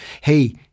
hey